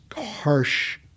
harsh